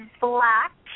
black